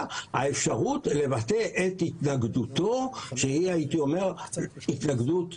האפשרות לבטא את התנגדותו שהיא הייתי אומר התנגדות אישית,